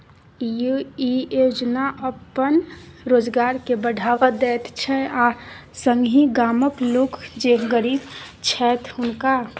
ई योजना अपन रोजगार के बढ़ावा दैत छै आ संगहि गामक लोक जे गरीब छैथ हुनका